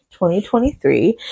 2023